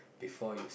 before you